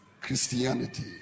christianity